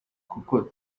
kuko